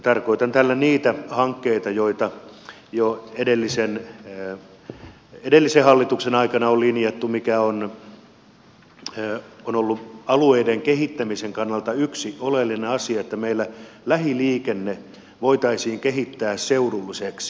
tarkoitan tällä niitä hankkeita joita jo edellisen hallituksen aikana on linjattu mikä on ollut alueiden kehittämisen kannalta yksi oleellinen asia että meillä lähiliikenne voitaisiin kehittää seudulliseksi